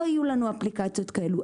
לא יהיו לנו אפליקציות כאלה.